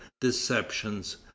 deceptions